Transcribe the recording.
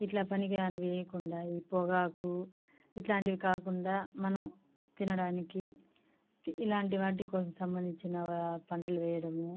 ఇట్లా పనికిరానివి వేయకుండా ఈ పొగాకు ఇట్లాంటివి కాకుండా మనం తినడానికి తి ఇలాంటి వాటికోసం సంబందించిన ఆ పంటలు వేయడము